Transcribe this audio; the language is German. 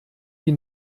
die